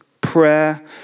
prayer